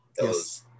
Yes